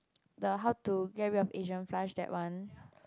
the how to get rid of Asian flush that one